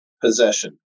possession